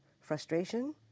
frustration